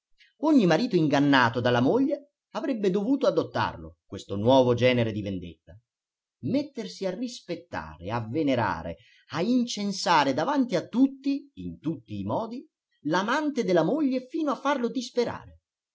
ogni marito ingannato dalla moglie avrebbe dovuto adottarlo questo nuovo genere di vendetta mettersi a rispettare a venerare a incensare davanti a tutti in tutti i modi l'amante della moglie fino a farlo disperare